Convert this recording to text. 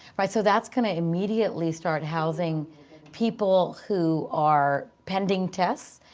right, so that's going to immediately start housing people who are pending tests.